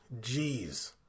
Jeez